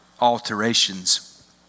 alterations